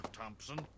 Thompson